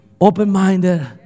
open-minded